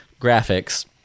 graphics